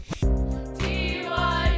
TY